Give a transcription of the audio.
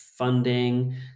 Funding